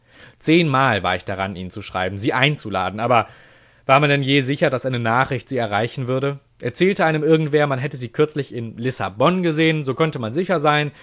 zehnmal war ich daran ihnen zu schreiben sie einzuladen aber war man denn je sicher daß eine nachricht sie erreichen würde erzählte einem irgendwer man hätte sie kürzlich in lissabon gesehn so konnte man sicher sein